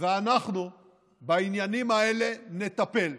ואנחנו בעניינים האלה נטפל.